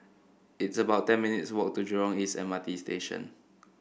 it's about ten minutes' walk to Jurong East M R T Station